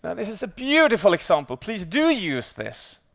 this is a beautiful example. please do use this.